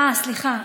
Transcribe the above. סליחה.